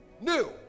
new